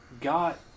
got